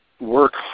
work